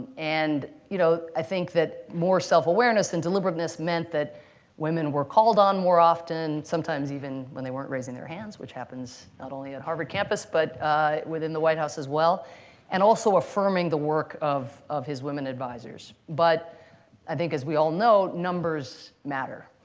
and you know i think that more self-awareness and deliberateness meant that women were called on more often and sometimes even when they weren't raising their hands, which happens not only at harvard campus, but within the white house as well and also affirming the work of of his women advisors. but i think, as we all know, numbers matter.